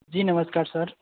जी नमस्कार सर